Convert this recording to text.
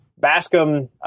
Bascom